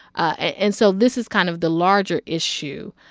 and so this is kind of the larger issue,